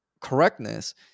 correctness